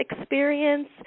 experience